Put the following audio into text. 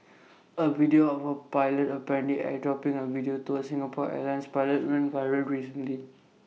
A video of A pilot apparently airdropping A video to an Singapore airlines pilot went viral recently